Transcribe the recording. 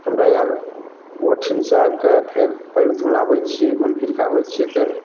हमरा आर ओहिठिन से आबि कऽ फेर पएर धुलाबै छियै घुमि फिर कऽ आबै छियै तऽ